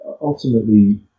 Ultimately